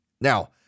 Now